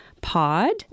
pod